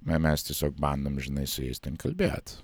me mes tiesiog bandom žinai su jais kalbėti